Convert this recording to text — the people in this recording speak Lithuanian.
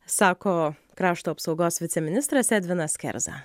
sako krašto apsaugos viceministras edvinas kerza